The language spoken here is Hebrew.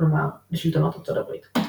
כלומר לשלטונות ארצות הברית.